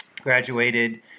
Graduated